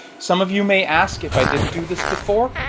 some of you may ask if i didn't do this before?